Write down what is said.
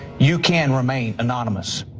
you can remain anonymous,